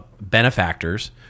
benefactors